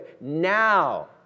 now